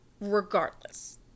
regardless